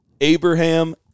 Abraham